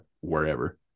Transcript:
wherever